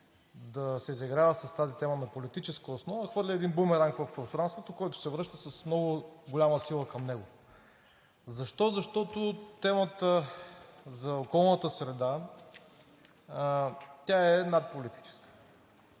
да се заиграва с тази тема на политическа основа, хвърля един бумеранг в пространството, който се връща с много голяма сила към него. Защо? Защото темата за околната среда, тя е надполитическа.